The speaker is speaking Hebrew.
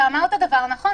אתה אמרת דבר נכון.